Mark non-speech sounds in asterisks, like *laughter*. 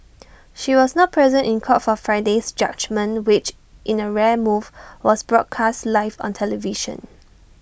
*noise* she was not present in court for Friday's judgement which in A rare move was broadcast live on television